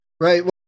Right